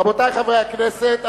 רבותי חברי הכנסת,